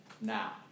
now